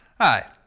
Hi